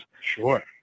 sure